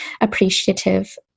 appreciative